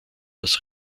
das